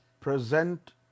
present